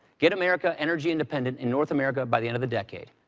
get america energy-independent in north america by the end of the decade.